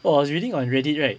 oh I was reading on Reddit right